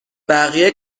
بقیه